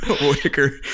wicker